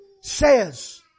says